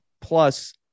plus